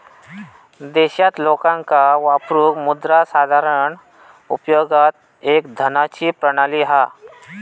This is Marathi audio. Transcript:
देशात लोकांका वापरूक मुद्रा साधारण उपयोगात एक धनाची प्रणाली हा